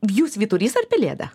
jūs vyturys ar pelėda